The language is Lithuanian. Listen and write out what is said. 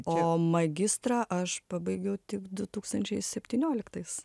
o magistrą aš pabaigiau tik du tūkstančiai septynioliktais